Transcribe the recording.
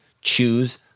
Choose